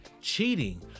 cheating